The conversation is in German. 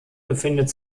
befindet